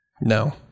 No